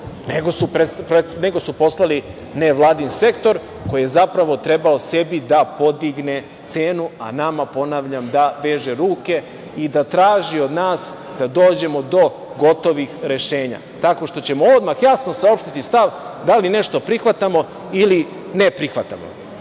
nego su poslali nevladin sektor koji je zapravo trebao sebi da podigne cenu, a nama, ponavljam da veže ruke i da traži od nas da dođemo do gotovih rešenja, tako što ćemo odmah jasno saopštiti stav da li nešto prihvatamo ili ne prihvatamo. Ovo